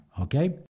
Okay